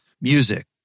Music